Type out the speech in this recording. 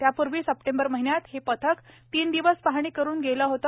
यापूर्वी सप्टेंबर महिन्यात हे पथक तीन दिवस पाहणी करून गेले होते